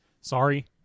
sorry